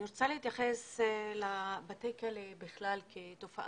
אני רוצה להתייחס לבתי כלא בכלל כתופעה.